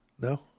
No